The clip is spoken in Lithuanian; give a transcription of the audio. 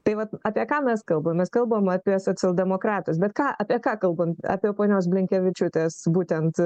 tai vat apie ką mes kalbam mes kalbam apie socialdemokratus bet ką apie ką kalbam apie ponios blinkevičiūtės būtent